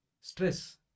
stress